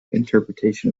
interpretation